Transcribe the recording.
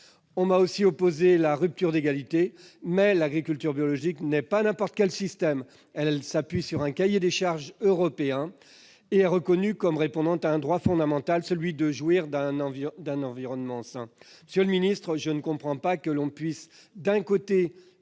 On m'a aussi opposé la rupture d'égalité, mais l'agriculture biologique n'est pas n'importe quel système : elle s'appuie sur un cahier des charges européen et est reconnue comme répondant à un droit fondamental, celui de jouir d'un environnement sain. Monsieur le ministre, je ne comprends pas que l'on puisse, d'un côté,